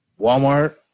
Walmart